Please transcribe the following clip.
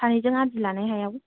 सानैजों आदि लानाय हायाव